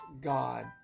God